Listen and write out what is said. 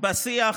בשיח